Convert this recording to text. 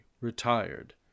retired